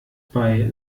bei